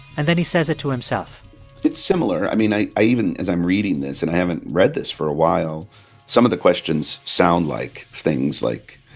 and then he says it to himself it's similar. i mean, i i even as i'm reading this and i haven't read this for a while some of the questions sound like things like,